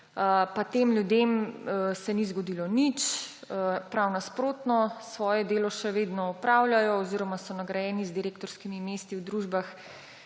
se tem ljudem ni zgodilo nič, prav nasprotno, svoje delo še vedno opravljajo oziroma so nagrajeni z direktorskimi mesti v družbah,